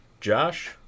Josh